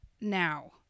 Now